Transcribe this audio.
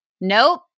nope